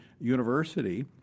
university